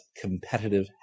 competitive